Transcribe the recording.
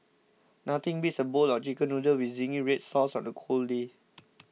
nothing beats a bowl of Chicken Noodles with Zingy Red Sauce on a cold day